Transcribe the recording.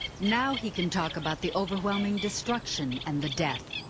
now he can talk about the overwhelming destruction and the death.